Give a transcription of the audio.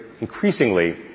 increasingly